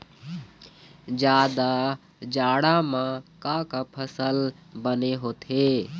जादा जाड़ा म का का फसल बने होथे?